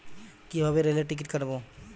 কিভাবে রেলের টিকিট কাটব?